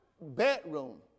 bedroom